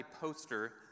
poster